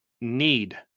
need